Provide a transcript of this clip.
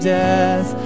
death